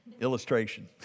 Illustration